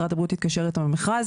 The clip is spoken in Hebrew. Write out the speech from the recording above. משרד הבריאות התקשר איתם במכרז.